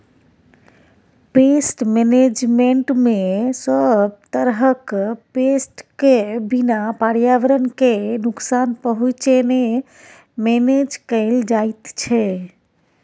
pest मेनेजमेन्टमे सब तरहक पेस्ट केँ बिना पर्यावरण केँ नुकसान पहुँचेने मेनेज कएल जाइत छै